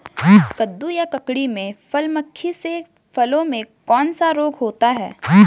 कद्दू या ककड़ी में फल मक्खी से फलों में कौन सा रोग होता है?